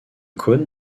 cône